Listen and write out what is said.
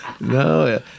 no